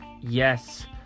Yes